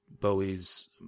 Bowie's